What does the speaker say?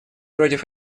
против